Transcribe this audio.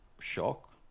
shock